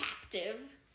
captive